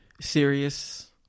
serious